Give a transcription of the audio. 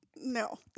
no